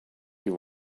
you